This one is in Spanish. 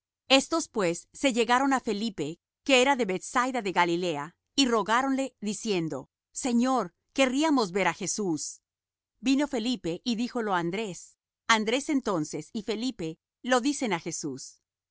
estos pues se llegaron á felipe que era de bethsaida de galilea y rogáronle diciendo señor querríamos ver á jesús vino felipe y díjolo á andrés andrés entonces y felipe lo dicen á jesús